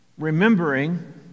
Remembering